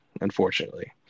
unfortunately